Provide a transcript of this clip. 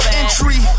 entry